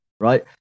Right